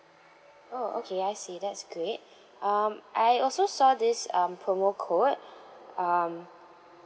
oh okay I see that's great um I also saw this um promo code um